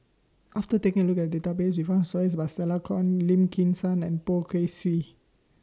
after taking A Look At Database We found stories about Stella Kon Lim Kim San and Poh Kay Swee